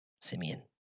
Simeon